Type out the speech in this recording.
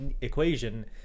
equation